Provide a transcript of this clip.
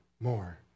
more